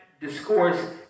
discourse